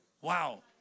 Wow